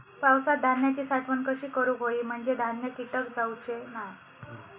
पावसात धान्यांची साठवण कशी करूक होई म्हंजे धान्यात कीटक जाउचे नाय?